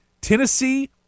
Tennessee